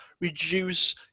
reduce